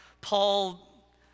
Paul